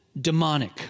demonic